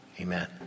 amen